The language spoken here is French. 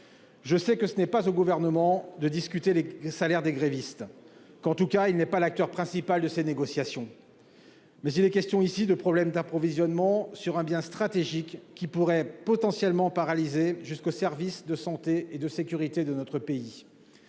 Je sais que ce n'est pas au Gouvernement de discuter des salaires des grévistes- en tout cas, il n'est pas l'acteur principal de ces négociations -, mais il s'agit ici d'évoquer les problèmes d'approvisionnement relatifs à un bien stratégique qui pourraient potentiellement paralyser jusqu'aux services de santé et de sécurité de notre pays.